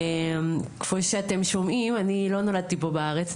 כפי שאתם שומעים אני לא נולדתי פה בארץ,